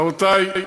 רבותי,